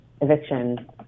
eviction